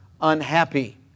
unhappy